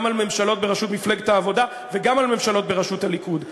גם על ממשלות בראשות מפלגת העבודה וגם על ממשלות בראשות הליכוד.